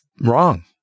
wrong